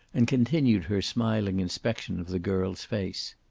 and continued her smiling inspection of the girl's face.